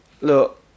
Look